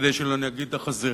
כדי לא להגיד "החזירית"